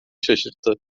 şaşırttı